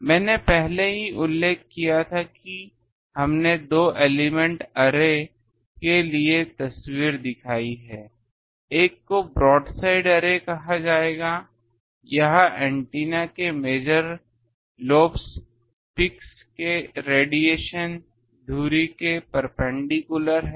मैंने पहले ही उल्लेख किया है कि हमने दो एलिमेंट् अरे के लिए तस्वीर दिखाई है एक को ब्रोडसाइड अरे कहा जाएगा जहां एंटीना के मेजर लोब्स पीक्सके रेडिएशन धुरी के परपेंडिकुलर है